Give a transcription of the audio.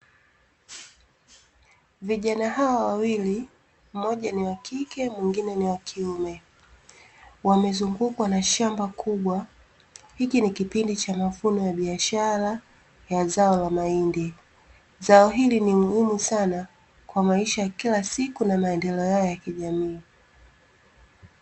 Vijana hawa wawili moja ni wa kike mwingine ni wa kiume wamezungukwa na shamba kubwa, hiki ni kipindi cha mavuno ya biashara ya zao la mahindi, zao hili ni muhimu sana kwa maisha ya kila siku na maendeleo yao ya kijamii.